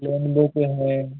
Lenovo का है